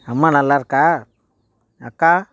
அம்மா நல்லாருக்கா அக்கா